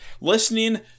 listening